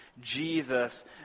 Jesus